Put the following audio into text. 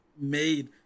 made